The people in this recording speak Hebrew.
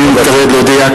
הנני מתכבד להודיע,